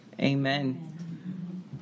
amen